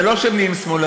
זה לא שהם נהיים שמאלנים,